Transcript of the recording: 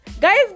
Guys